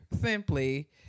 simply